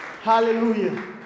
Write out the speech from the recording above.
Hallelujah